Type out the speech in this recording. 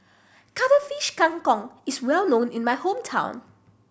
Cuttlefish Kang Kong is well known in my hometown